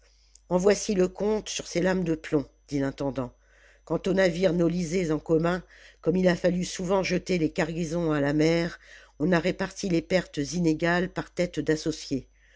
en voici le compte sur ces lames de plomb dit l'intendant quant aux navires noiisés en commun comme il a fallu souvent jeter les cargaisons à la mer on a réparti les pertes inégales par têtes d'associés